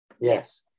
Yes